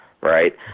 right